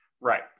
Right